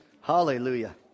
Hallelujah